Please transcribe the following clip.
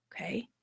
okay